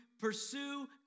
pursue